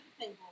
table